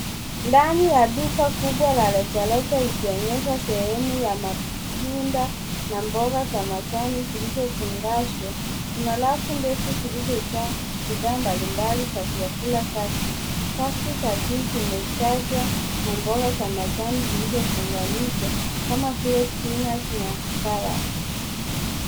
Ndani ya duka kubwa la rejareja ikionyesha sehemu ya matunda na mboga za majani zilizofungashwa kuna rafu ndefu zilizojaa bidhaa mbalimbali za vyakula safi , safu za juu zimejazwa na mboga za majani zilizofunganishwa kama vile (cs)spinach (cs) na (cs)salad(cs).